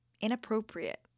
inappropriate